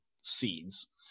seeds